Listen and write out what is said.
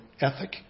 ethic